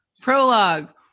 Prologue